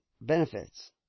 benefits